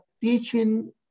teaching